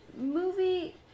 Movie